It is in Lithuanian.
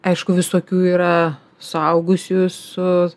aišku visokių yra suaugusiųjų su